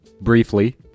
briefly